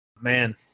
Man